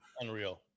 Unreal